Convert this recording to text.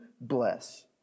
bless